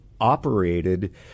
operated